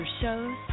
shows